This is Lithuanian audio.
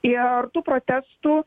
ir tų protestų